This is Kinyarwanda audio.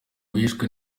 bishwe